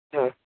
ਅੱਛਾ